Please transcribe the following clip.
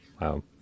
Wow